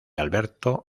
alberto